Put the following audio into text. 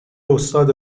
استاد